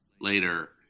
Later